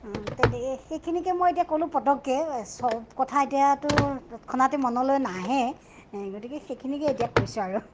তেন্তে সেইখিনিকে মই এতিয়া ক'লো পট্ককে সব কথা এতিয়াতো তৎক্ষণাতে মনলৈ নাহে গতিকে সেইখিনিকে এতিয়া কৈছো আৰু